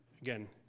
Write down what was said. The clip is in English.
again